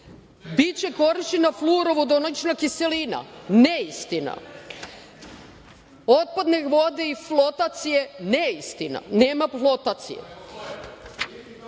biće korišćena fluorovodonična kiselina - neistina, otpadnih voda i flotacije - neistina, nema flotacije,